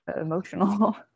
emotional